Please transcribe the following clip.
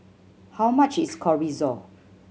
how much is Chorizo